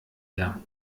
her